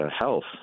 health